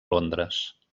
londres